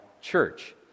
church